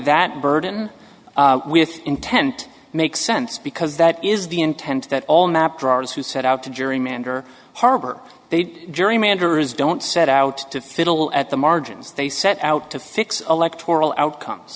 that burden with intent makes sense because that is the intent that all mapped drives who set out to gerrymander harbor they'd gerrymander is don't set out to fiddle at the margins they set out to fix electoral outcomes